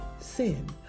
sin